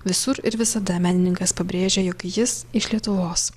visur ir visada menininkas pabrėžia jog jis iš lietuvos